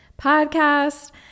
podcast